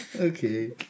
Okay